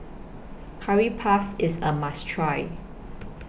Curry Puff IS A must Try